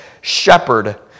shepherd